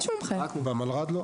במלר"ד לא.